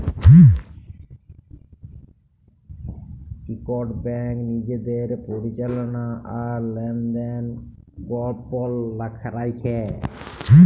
ইকট ব্যাংক লিজের পরিচাললা আর লেলদেল গপল রাইখে